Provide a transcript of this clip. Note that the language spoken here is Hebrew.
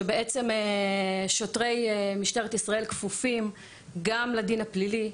שבעצם שוטרי משטרת ישראל כפופים גם לדין הפלילי,